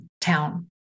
town